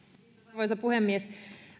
arvoisa puhemies